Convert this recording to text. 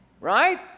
right